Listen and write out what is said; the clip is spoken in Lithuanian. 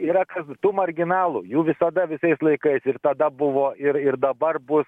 yra tų marginalų jų visada visais laikais ir tada buvo ir ir dabar bus